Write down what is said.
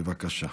בבקשה.